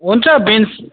हुन्छ बिन्स